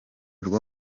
rwa